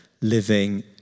living